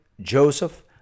Joseph